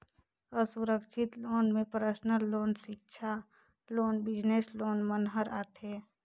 असुरक्छित लोन में personal loan, सिक्छा लोन, बिजनेस लोन मन हर आथे